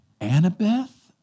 Annabeth